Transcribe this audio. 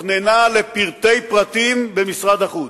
תוכננה לפרטי פרטים במשרד החוץ.